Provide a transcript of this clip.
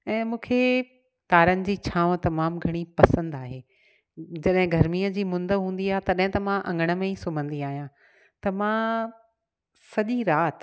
ऐं मूंखे तारनि जी छाव तमामु घणी पसंदि आहे जॾहिं गर्मीअ जी मुंद हूंदी आहे तॾहिं त मां अङण में ई सुम्हंदी आहियां त मां सॼी राति